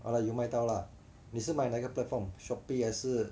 啊有卖到啦你是买哪一个 platform Shopee 还是